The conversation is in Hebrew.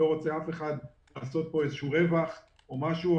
אף אחד לא רוצה לעשות פה רווח או משהו,